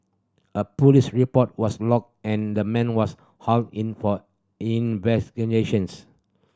a police report was lodged and the man was hauled in for investigations